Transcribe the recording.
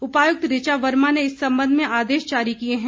उपायुक्त ऋचा वर्मा ने इस संबंध में आदेश जारी किए हैं